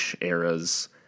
eras